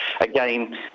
again